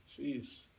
Jeez